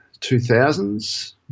2000s